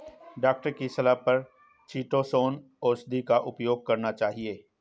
doctor की सलाह पर चीटोसोंन औषधि का उपयोग करना चाहिए